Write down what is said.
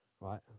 right